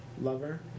lover